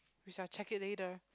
we shall check it later